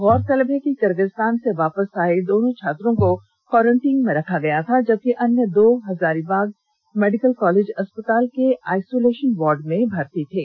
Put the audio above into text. गौरतलब है कि किर्गिस्तान से वापस आए दोनों छात्रों को क्वारेंटीन में रखा गया था जबकि अन्य दो हजारीबाग मेडिकल कॉलेज अस्पताल के आइसोलेशन वार्ड में भर्ती थे